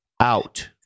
out